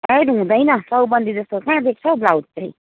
हैत हुँदैन चौबन्दी जस्तो कहाँ देख्छ हौ ब्लाउज चाहिँ